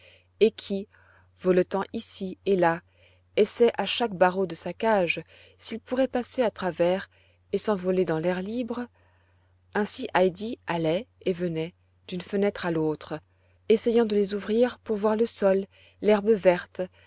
et qui voletant ici et là essaie à chaque barreau de sa cage s'il pourrait passer à travers et s'envoler dans l'air libre ainsi heidi allait et venait d'une fenêtre à l'autre essayant de les ouvrir pour voir le sol l'herbe verte